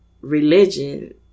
religion